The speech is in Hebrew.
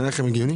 נראה לכם הגיוני?